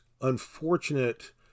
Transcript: unfortunate